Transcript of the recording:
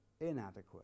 inadequate